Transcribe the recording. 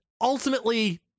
Ultimately